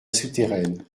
souterraine